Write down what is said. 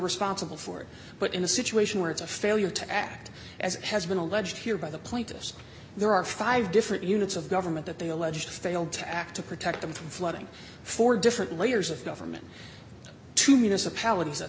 responsible for it but in a situation where it's a failure to act as has been alleged here by the plaintiffs there are five different units of government that they allege failed to act to protect them from flooding four different layers of government to municipalities